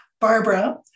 Barbara